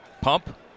pump